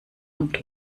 und